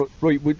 Right